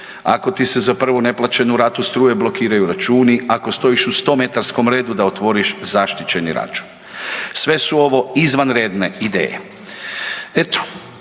ako ti se za prvu neplaćenu ratu struje blokiraju računi, ako stojiš u 100-metarskom redu da otvoriš zaštićeni račun. Sve su ovo izvanredne ideje.